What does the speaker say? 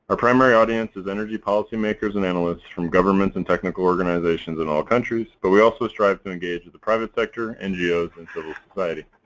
ah primary audience is energy policy makers and analysts from governments and technical organizations in all countries, but we also strive to engage with the private sector, ngos and civil society.